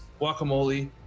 guacamole